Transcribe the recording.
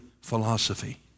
philosophy